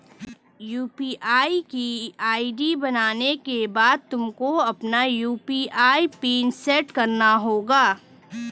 UPI की ID बनाने के बाद तुमको अपना यू.पी.आई पिन सैट करना होगा